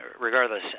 regardless